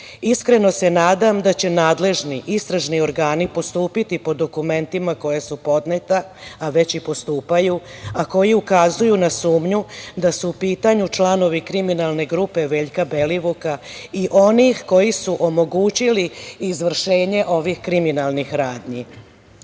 Iskreno se nadam da će nadležni istražni organi postupiti po dokumentima koja su podneta, a već i postupaju, a koji ukazuju na sumnju da su u pitanju članovi kriminalne grupe Veljka Belivuka i onih koji su omogućili izvršenje ovih kriminalnih radnji. Opština